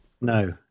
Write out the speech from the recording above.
No